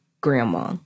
grandma